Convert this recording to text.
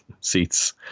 seats